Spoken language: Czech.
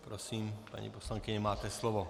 Prosím, paní poslankyně, máte slovo.